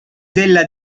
della